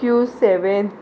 Q seven